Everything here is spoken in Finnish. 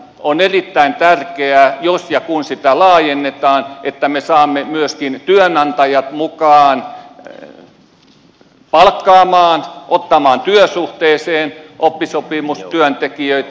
on erittäin tärkeää jos ja kun sitä laajennetaan että me saamme myöskin työnantajat mukaan palkkaamaan ottamaan työsuhteeseen oppisopimustyöntekijöitä